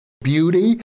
beauty